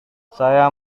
saya